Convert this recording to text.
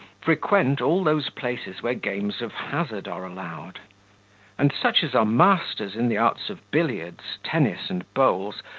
frequent all those places where games of hazard are allowed and such as are masters in the arts of billiards, tennis, and bowls,